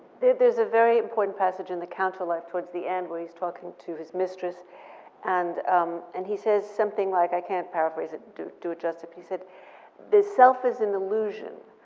there's a very important passage in the counterlife towards the end where he's talking to his mistress and um and he says something like, i can't paraphrase it, do do it justice. he said, the self is an illusion.